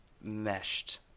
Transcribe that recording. meshed